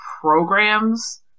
programs